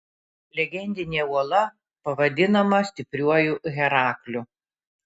legendinė uola pavadinama stipriuoju herakliu